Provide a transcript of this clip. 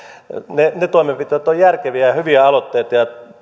ne ne toimenpiteet ovat järkeviä ja hyviä aloitteita